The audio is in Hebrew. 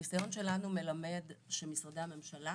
הניסיון שלנו מלמד שמשרדי הממשלה